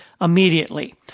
immediately